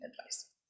advice